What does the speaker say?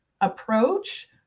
approach